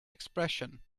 expression